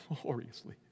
Gloriously